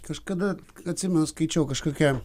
kažkada atsimenu skaičiau kažkokia